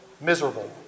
miserable